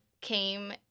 came